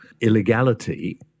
illegality